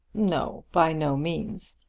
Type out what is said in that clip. no by no means.